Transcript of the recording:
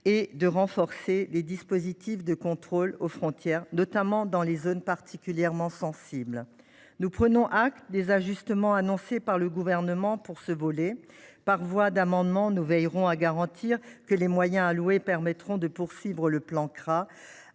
et de renforcer les dispositifs de contrôle aux frontières, notamment dans les zones particulièrement sensibles. Nous prenons acte des ajustements annoncés par le Gouvernement pour ce volet. Par voie d’amendement, nous veillerons à garantir que les moyens alloués permettront de poursuivre ce plan à